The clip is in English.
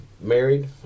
Married